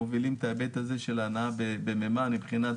מובילים את ההיבט של הנעה במימן מבחינת